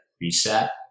reset